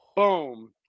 Boom